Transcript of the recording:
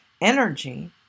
energy